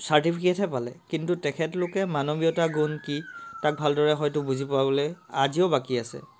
চাৰ্টিফিকেটহে পালে কিন্তু তেখেতলোকে মানৱীয়তা গুণ কি তাক ভালদৰে হয়তো বুজি পাবলৈ আজিও বাকী আছে